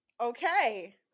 Okay